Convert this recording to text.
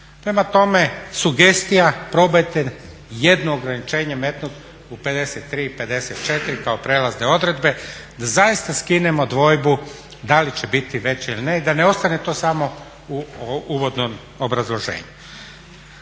Prema tome, sugestija probajte jedno ograničenje metnut u 53., 54. kao prelazne odredbe da zaista skinemo dvojbu da li će biti veće ili ne i da ne ostane to samo u uvodnom obrazloženju.